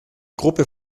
gruppe